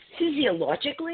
physiologically